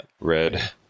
red